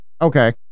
Okay